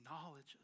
acknowledges